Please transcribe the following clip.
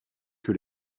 que